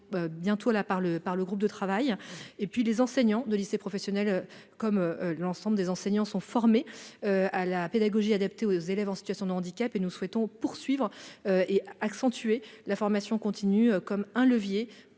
par un groupe de travail. Les enseignants des lycées professionnels, comme l'ensemble des autres enseignants, sont formés à la pédagogie adaptée aux élèves en situation de handicap. Nous souhaitons poursuivre et accentuer la formation continue, car il